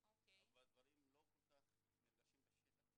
אבל הדברים לא כל כך מורגשים בשטח.